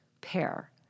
pair